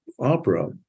opera